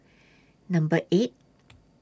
Number eight